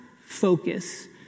focus